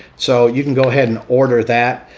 so you can go ahead and order that.